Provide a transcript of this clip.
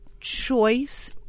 choice